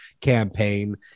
campaign